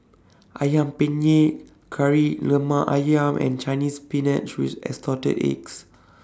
Ayam Penyet Kari Lemak Ayam and Chinese Spinach with Assorted Eggs